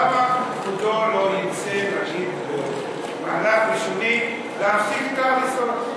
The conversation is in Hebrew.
למה כבודו לא יצא להגיד במהלך ראשוני להפסיק את ההריסות?